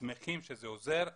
שמחים שזה עוזר,